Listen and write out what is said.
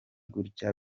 gutya